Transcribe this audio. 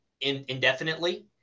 indefinitely